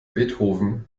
beethoven